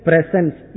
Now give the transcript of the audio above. Presence